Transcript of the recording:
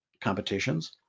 competitions